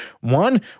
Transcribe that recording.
One